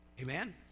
Amen